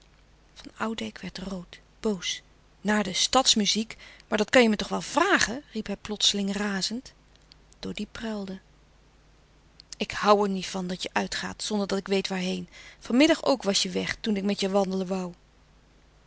van oudijck werd rood boos naar de stadsmuziek maar dat kan je me toch wel vragen riep hij plotseling razend doddy pruilde ik hoû er niet van dat je uitgaat zonderdat ik weet waarheen van middag ook louis couperus de stille kracht was je weg toen ik met je wandelen woû